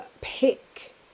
pick